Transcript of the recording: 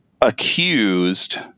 accused